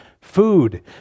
food